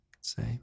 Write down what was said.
say